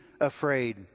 afraid